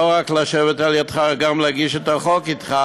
לא רק לשבת לידך אלא גם להגיש את החוק אתך,